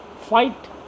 fight